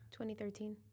2013